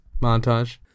montage